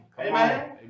Amen